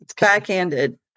backhanded